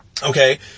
Okay